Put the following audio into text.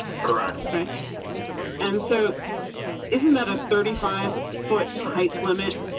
correct me and so isn't that a thirty five foot hype limit?